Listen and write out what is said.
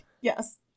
Yes